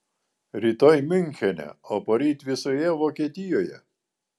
rytoj miunchene o poryt visoje vokietijoje